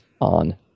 on